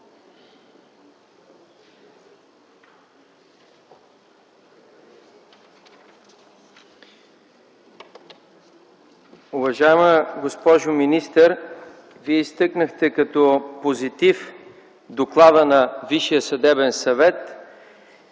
Уважаема госпожо министър, Вие изтъкнахте като позитив доклада на Висшия съдебен съвет,